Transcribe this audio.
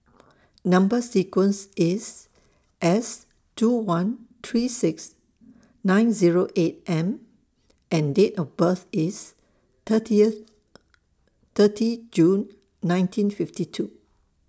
Number sequence IS S two one three six nine Zero eight M and Date of birth IS thirtieth thirty June nineteen fifty two